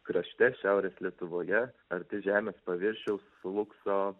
krašte šiaurės lietuvoje arti žemės paviršiaus slūgso